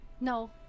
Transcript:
No